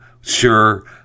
sure